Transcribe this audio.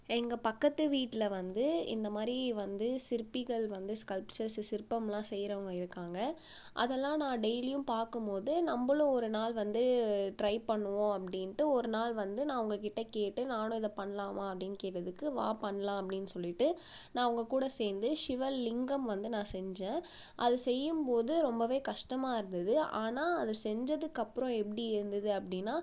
எங்கள் பக்கத்து வீட்டில் வந்து இந்த மாதிரி வந்து சிற்பிகள் வந்து ஸ்கல்ப்ச்சர்ஸு சிற்பம்லாம் செய்யுறவங்க இருக்காங்கள் அதெல்லாம் நான் டெய்லியும் பார்க்கும் போது நம்பளும் ஒரு நாள் வந்து ட்ரை பண்ணுவோம் அப்படின்ட்டு ஒருநாள் வந்து நான் அவங்க கிட்ட கேட்டு நானும் இதை பண்ணலாம் அப்படின்னு கேட்டதுக்கு வா பண்ணலாம் அப்படின்னு சொல்லிகிட்டு நான் அவங்க கூட சேர்ந்து ஷிவலிங்கம் வந்து நான் செஞ்சேன் அது செய்யும் போது ரொம்பவே கஷ்டமாக இருந்தது ஆனால் அதை செஞ்சதுக்கப்புறம் எப்படி இருந்தது அப்படின்னா